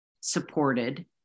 supported